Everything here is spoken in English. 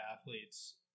athletes